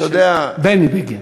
בני בגין.